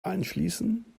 einschließen